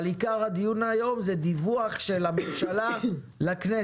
אבל עיקר הדיון היום הוא דיווח של הממשלה לכנסת